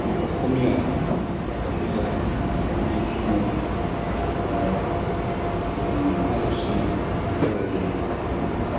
ब अखमिया रादाब बिलाइयानो होन बा जिखुनु आलुसनिक मेगाजिनफोर